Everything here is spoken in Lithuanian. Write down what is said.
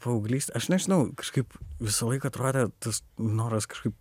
paauglys aš nežinau kažkaip visąlaik atrodė tas noras kažkaip